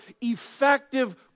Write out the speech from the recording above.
effective